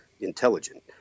intelligent